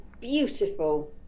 beautiful